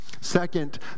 Second